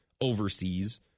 overseas